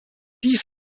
dies